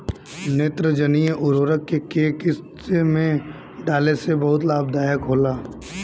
नेत्रजनीय उर्वरक के केय किस्त में डाले से बहुत लाभदायक होला?